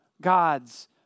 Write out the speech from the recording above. God's